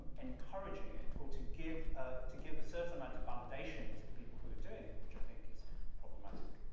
encouraging it, or to give ah to give a certain amount of validation to the people who are doing it, which i think is problematic.